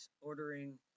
ordering